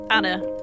Anna